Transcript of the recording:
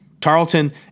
Tarleton